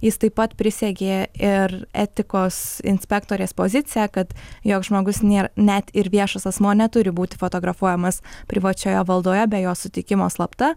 jis taip pat prisegė ir etikos inspektorės poziciją kad joks žmogus nėr net ir viešas asmuo neturi būti fotografuojamas privačioje valdoje be jos sutikimo slapta